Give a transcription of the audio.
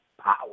power